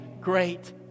great